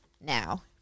now